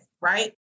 Right